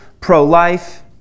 pro-life